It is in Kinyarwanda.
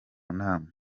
nama